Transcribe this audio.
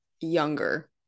younger